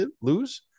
lose